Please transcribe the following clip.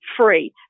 free